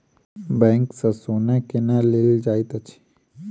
bank सँ सोना केना लेल जाइत अछि